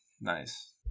Nice